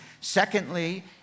Secondly